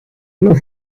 los